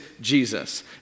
Jesus